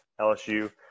LSU